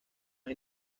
hay